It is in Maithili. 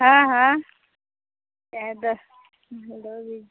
हँ हँ एगो हमरो भी